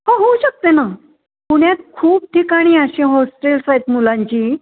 हो होऊ शकते ना पुण्यात खूप ठिकाणी अशी होस्टेल्स आहेत मुलांची